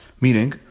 meaning